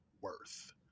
worth